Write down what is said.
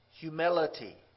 humility